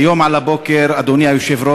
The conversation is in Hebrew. היום על הבוקר, אדוני היושב-ראש,